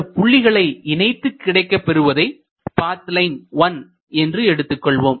இந்தப் புள்ளிகளை இணைத்து கிடைக்கப் பெறுவதை பாத் லைன் 1 என்று எடுத்துக்கொள்வோம்